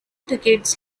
decades